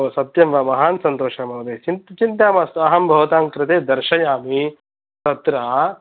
हो सत्यं वा महान् सन्तोषः महोदय चिन्ता मास्तु अहं भवतां कृते दर्शयामि तत्र